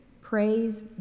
Praise